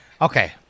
okay –